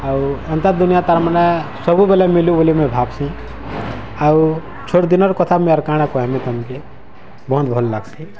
ଆଉ ଏନ୍ତା ଦୁନିଆ ତାର୍ମାନେ ସବୁବେଲେ ମିଲୁ ବୋଲି ମୁଇଁ ଭାବ୍ସିଁ ଆଉ ଛୋଟ୍ ଦିନର୍ କଥା ମୁଇଁ ଆର୍ କାଣା କହେମି ତମ୍କେ ବହୁତ୍ ଭଲ୍ ଲାଗ୍ସି